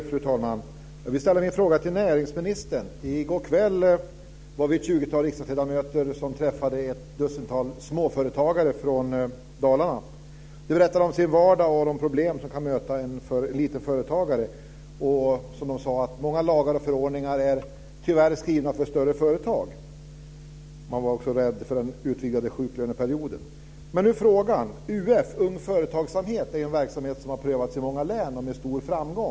Fru talman! Jag vill ställa min fråga till näringsministern. I går kväll var vi ett tjugotal riksdagsledamöter som träffade ett dussintal småföretagare från Dalarna. De berättade om sin vardag och de problem som kan möta en småföretagare. Man sade att många lagar och förordningar tyvärr är skrivna för större företag. Man var också rädd för den utvidgade sjuklöneperioden. UF, Ung Företagsamhet, är en verksamhet som har prövats i många län med stor framgång.